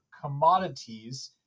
commodities